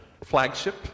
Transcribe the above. flagship